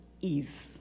Eve